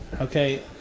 Okay